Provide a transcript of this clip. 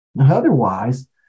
Otherwise